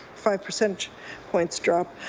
five percentage points drop.